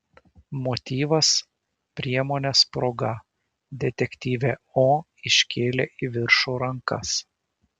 motyvas priemonės proga detektyvė o iškėlė į viršų rankas